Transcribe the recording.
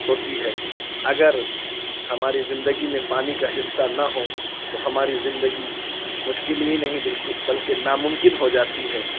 ہوتی ہے اگر ہماری زندگی میں پانی کا حصہ نہ ہو تو ہماری زندگی مشکل ہی نہیں بلکہ ناممکن ہو جاتی ہے